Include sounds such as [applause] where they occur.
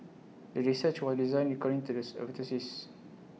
the research was designed according to the [unintelligible]